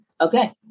okay